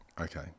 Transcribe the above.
Okay